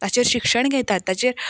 ताचें शिक्षण घेतात ताचेर